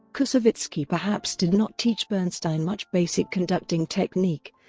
koussevitzky perhaps did not teach bernstein much basic conducting technique,